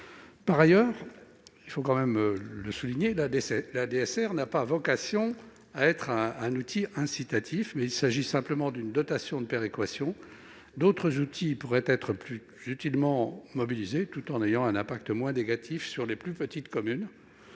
Par ailleurs, la DSR n'a pas vocation à être un outil incitatif, car il s'agit simplement d'une dotation de péréquation. D'autres instruments pourraient être plus utilement mobilisés tout en ayant un impact moins négatif sur les plus petites communes,